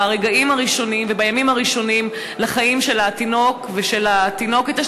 ברגעים הראשונים ובימים הראשונים לחיים של התינוק ושל התינוקת.